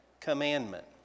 Commandment